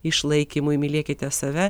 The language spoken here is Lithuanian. išlaikymui mylėkite save